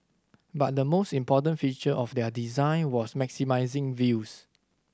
but the most important feature of their design was maximising views